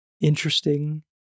interesting